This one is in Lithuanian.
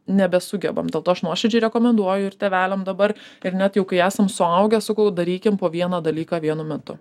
nebesugebam dėl to aš nuoširdžiai rekomenduoju ir tėveliam dabar ir net jau kai esam suaugę sakau darykim po vieną dalyką vienu metu